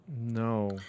No